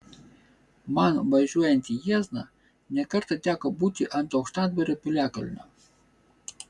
man važiuojant į jiezną ne kartą teko būti ant aukštadvario piliakalnio